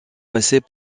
passées